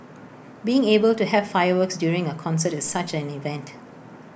being able to have fireworks during A concert is such an event